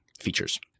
features